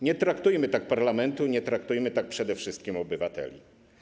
Nie traktujmy tak parlamentu i nie traktujmy tak przede wszystkim obywateli.